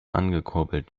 angekurbelt